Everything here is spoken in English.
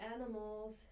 animals